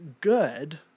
good